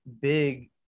big